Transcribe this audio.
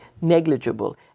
negligible